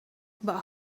but